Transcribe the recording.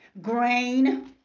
Grain